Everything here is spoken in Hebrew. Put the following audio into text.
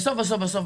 בסוף,